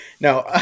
no